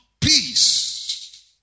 peace